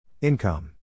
Income